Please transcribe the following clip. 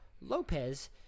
Lopez